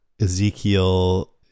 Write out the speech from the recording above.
ezekiel